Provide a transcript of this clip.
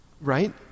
Right